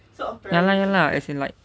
ya lah ya lah as in like